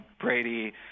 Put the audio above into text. Brady